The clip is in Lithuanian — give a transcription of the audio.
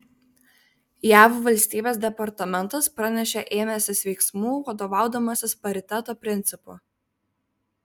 jav valstybės departamentas pranešė ėmęsis veiksmų vadovaudamasis pariteto principu